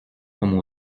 comme